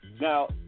Now